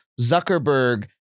Zuckerberg